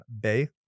Bay